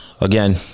Again